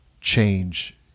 change